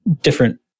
different